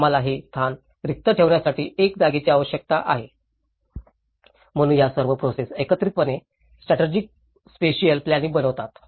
आम्हाला हे स्थान रिक्त ठेवण्यासाठी एका जागेची आवश्यकता आहे म्हणून या सर्व प्रोसेस एकत्रितपणे स्ट्रॅटर्जीक स्पॅशिअल प्लॅनिंइंग बनवतात